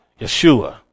Yeshua